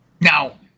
Now